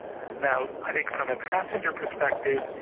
now, i think from a passenger perspective,